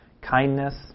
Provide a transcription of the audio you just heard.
kindness